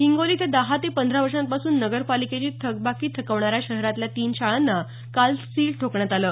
हिंगोली इथं दहा ते पंधरा वर्षापासून नगर पालिकेची थकबाकी थकवणाऱ्या शहरातल्या तीन शाळांना काल सील ठोकण्यात आलं